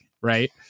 right